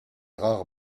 rares